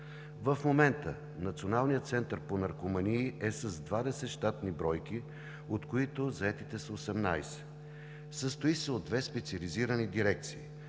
В момента Националният център по наркомании е с 20 щатни бройки, от които заетите са 18. Състои се от две специализирани дирекции: